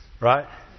Right